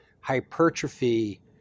hypertrophy